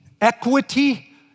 equity